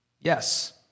Yes